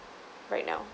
right now